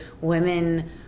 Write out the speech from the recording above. Women